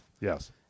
Yes